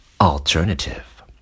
alternative